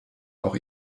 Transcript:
auch